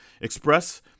Express